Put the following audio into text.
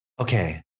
Okay